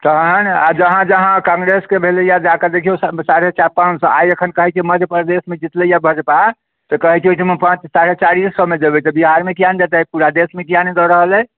तहन आ जहाँ जहाँ कांग्रेसके भेलैया जाके देखिऔ साढ़े चारि पाँच सए आइ अखन कहैत छै मध्य प्रदेशमे जीतलैया भाजपा तऽ कहैत छै ओहिठाम पाँच साढ़े चारियो सए मे देबै तऽ बिहारमे किएक नहि देबै पूरा देशमे किएक नहि दऽ रहल अइ